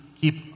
keep